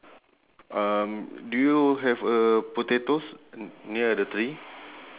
the the the the guy with yup